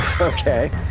Okay